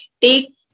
take